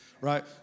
right